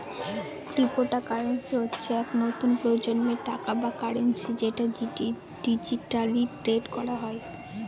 cryptocurrency হচ্ছে এক নতুন প্রজন্মের টাকা বা কারেন্সি যেটা ডিজিটালি ট্রেড করা হয়